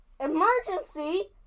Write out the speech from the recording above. Emergency